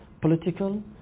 political